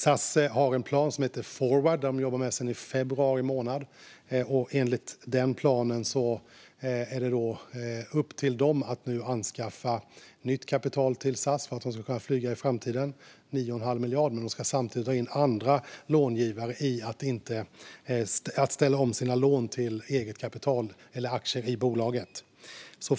SAS har en plan som heter SAS Forward som de har jobbat med sedan i februari månad. Enligt denna plan är det nu upp till dem att anskaffa nytt kapital till SAS för att de ska kunna flyga i framtiden - 9 1⁄2 miljard kronor. Men de ska samtidigt ha in andra långivare för att ställa om sina lån till eget kapital eller aktier i bolaget.